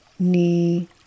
Knee